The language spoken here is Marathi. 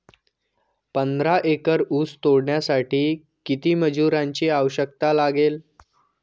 पंधरा एकर ऊस तोडण्यासाठी किती मजुरांची आवश्यकता लागेल?